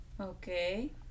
Okay